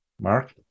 Mark